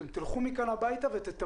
אתם תלכו מכאן לעבודה,